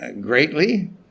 greatly